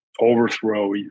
overthrow